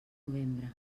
novembre